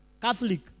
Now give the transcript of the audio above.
Catholic